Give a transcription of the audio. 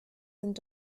sind